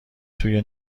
توی